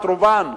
את רובם,